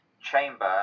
chamber